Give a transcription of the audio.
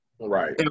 Right